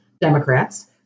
Democrats